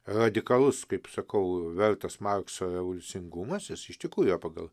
radikalus kaip sakau vertas markso revoliucingumas jis iš tikrųjų yra pagal